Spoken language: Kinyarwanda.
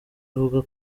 ivuga